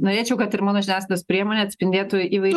norėčiau kad ir mano žiniasklaidos priemonė atspindėtų įvairė